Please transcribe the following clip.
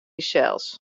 dysels